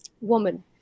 woman